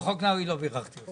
לא, על חוק נאווי לא בירכתי אותך.